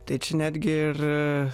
tai čia netgi ir